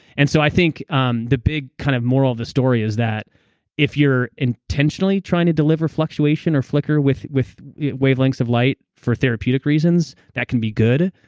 and so i think um the big kind of moral of the story is that if you're intentionally trying to deliver fluctuation or flicker with with wavelengths of light for therapeutic reasons, that can be good.